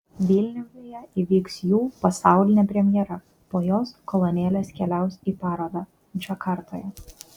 vilniuje įvyks jų pasaulinė premjera po jos kolonėlės keliaus į parodą džakartoje